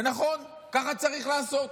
זה נכון, ככה צריך לעשות.